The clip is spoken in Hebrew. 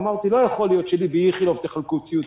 אמרתי: לא יכול להיות שלי באיכילוב תחלקו ציוד